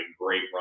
great